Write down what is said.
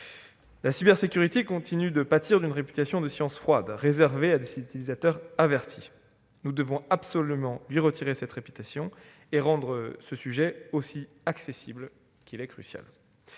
La cybersécurité continue de pâtir d'une réputation de science froide, réservée à des utilisateurs avertis. Nous devons absolument lui retirer cette réputation et rendre accessible ce sujet crucial.